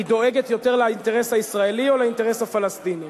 דואגת יותר לאינטרס הישראלי או לאינטרס הפלסטיני?